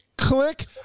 Click